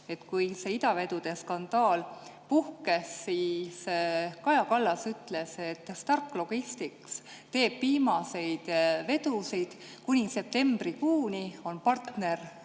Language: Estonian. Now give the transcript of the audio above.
Kui see idavedude skandaal puhkes, siis Kaja Kallas ütles, et Stark Logistics teeb viimaseid vedusid, kuni septembrikuuks on partner